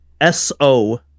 S-O